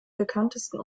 bekanntesten